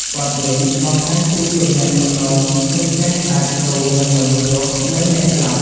បទនេះបង្ហាញពីទំនាក់ទំនងមិនចេះដាច់រវាងមនុស្សរស់ និងអ្នកស្លាប់។